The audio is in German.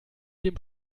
dem